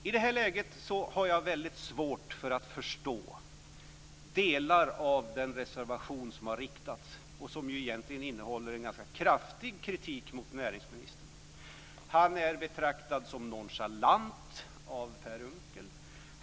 I det här läget har jag väldigt svårt att förstå delar av den reservation som har riktats mot och som egentligen innehåller kraftig kritik av näringsministern. Han är betraktad som nonchalant av Per Unckel.